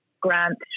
grant